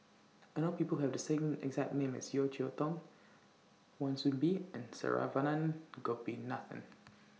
I know People Who Have The exact name as Yeo Cheow Tong Wan Soon Bee and Saravanan Gopinathan